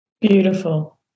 Beautiful